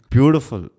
Beautiful